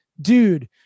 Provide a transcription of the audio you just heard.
dude